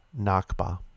Nakba